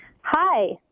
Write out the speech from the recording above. Hi